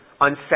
on